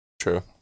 True